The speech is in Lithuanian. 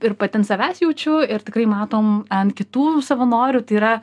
ir pati ant savęs jaučiu ir tikrai matom ant kitų savanorių tai yra